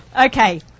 Okay